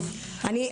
מה